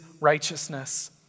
righteousness